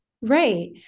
Right